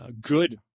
good